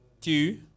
two